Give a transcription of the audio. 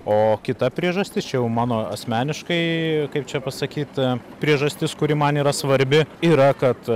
o kita priežastis čia jau mano asmeniškai kaip čia pasakyt priežastis kuri man yra svarbi yra kad